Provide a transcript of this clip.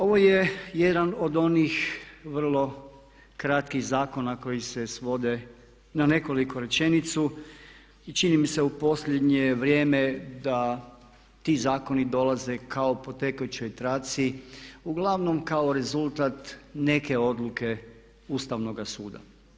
Ovo je jedan od onih vrlo kratkih zakona koji se svode na nekoliko rečenica i čini mi se u posljednje vrijeme da ti zakoni dolaze kao po tekućoj traci, uglavnom kao rezultat neke odluke Ustavnoga suda.